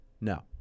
No